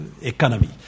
economy